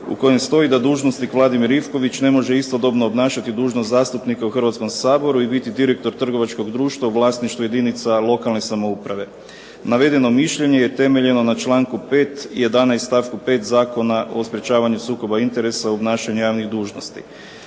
u kojem stoji da dužnosnik Vladimir Ivković ne može istodobno obnašati dužnost zastupnika u Hrvatskom saboru i biti direktor trgovačkog društva u vlasništvu jedinica lokalne samouprave. Navedeno mišljenje je temeljeno na članku 11. stavku 5. Zakona o sprečavanju sukoba interesa u obnašanju javnih dužnosti.